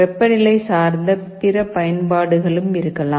வெப்பநிலை சார்ந்த பிற பயன்பாடுகளும் இருக்கலாம்